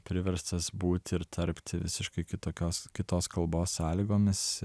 priverstas būti ir tarpti visiškai kitokios kitos kalbos sąlygomis